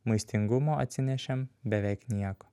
maistingumo atsinešėm beveik nieko